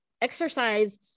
Exercise